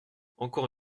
encore